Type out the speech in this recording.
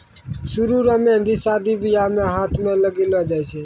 सरु रो मेंहदी शादी बियाह मे हाथ मे लगैलो जाय छै